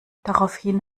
daraufhin